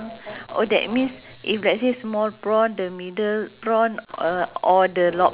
ah the the this this shop is like void deck like aiman like that eh